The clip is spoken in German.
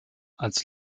als